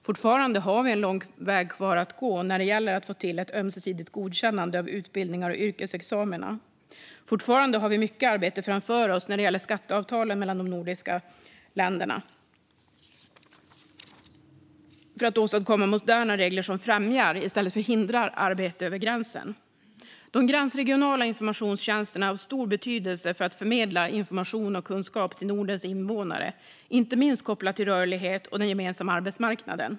Fortfarande har vi en lång väg kvar att gå när det gäller att få till ett ömsesidigt godkännande av utbildningar och yrkesexamina. Fortfarande har vi mycket arbete framför oss när det gäller skatteavtalen mellan de nordiska länderna för att åstadkomma moderna regler som främjar i stället för hindrar arbete över gränsen. De gränsregionala informationstjänsterna är av stor betydelse för att förmedla information och kunskap till Nordens invånare, inte minst kopplat till rörlighet och den gemensamma arbetsmarknaden.